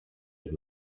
had